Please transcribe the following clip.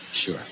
Sure